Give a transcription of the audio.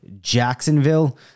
Jacksonville